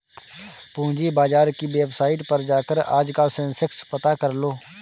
पूंजी बाजार की वेबसाईट पर जाकर आज का सेंसेक्स पता करलो